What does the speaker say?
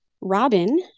Robin